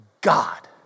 God